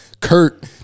Kurt